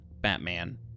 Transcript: Batman